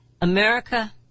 America